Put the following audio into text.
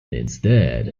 instead